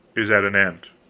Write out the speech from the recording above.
is at an end.